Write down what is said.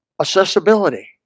Accessibility